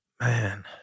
Man